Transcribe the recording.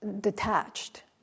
detached